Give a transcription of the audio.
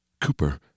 Cooper